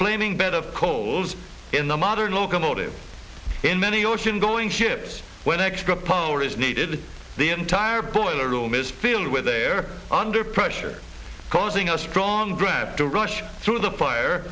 flaming bed of coals in the modern locomotive in many ocean going ships when extra power is needed the entire boiler room is filled with air under pressure causing a strong grip to rush through the fire